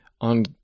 on